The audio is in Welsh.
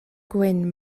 gwyn